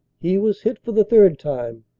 he was hit for the third time,